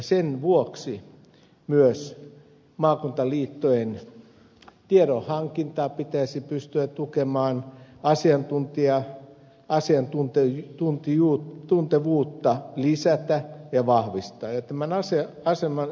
sen vuoksi myös maakuntaliittojen tiedonhankintaa pitäisi pystyä tukemaan asiantuntevuutta lisätä ja vahvistaa